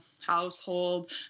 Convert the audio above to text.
household